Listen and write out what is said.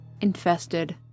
infested